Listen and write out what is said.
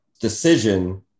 decision